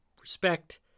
respect